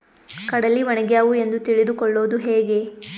ಕಡಲಿ ಒಣಗ್ಯಾವು ಎಂದು ತಿಳಿದು ಕೊಳ್ಳೋದು ಹೇಗೆ?